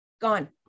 gone